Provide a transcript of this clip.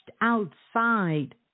outside